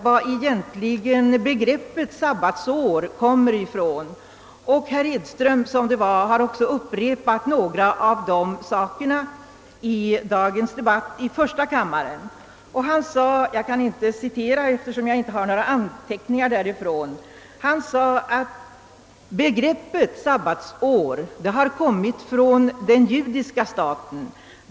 Vederbörande ledamot — det var herr Edström — har också upprepat några av de sakerna i dagens debatt i första kammaren. Jag kan inte citera hans uttalande, eftersom jag inte har några anteckningar från den debatten, men han talade om att begreppet sabbatsår har kommit från den judiska staten.